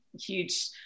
huge